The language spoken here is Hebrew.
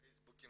בפייסבוק,